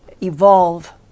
evolve